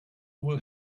will